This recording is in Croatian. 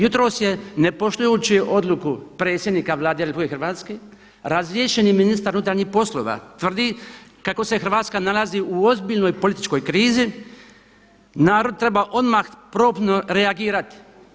Jutros je ne poštujući odluku predsjednika Vlade RH razriješeni ministar unutarnjih poslova tvrdi kako se Hrvatska nalazi u ozbiljnoj političkoj krizi, narod treba odmah promptno reagirati.